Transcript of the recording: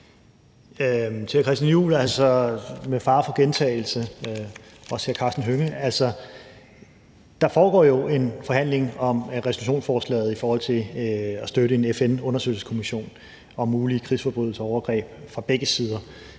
Hønge vil jeg med fare for gentagelse sige, at der jo foregår en forhandling om resolutionsforslaget om at støtte en FN-undersøgelseskommission om mulige krigsforbrydelser og overgreb fra begges sider.